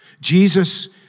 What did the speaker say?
Jesus